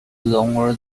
longer